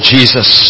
Jesus